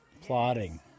plotting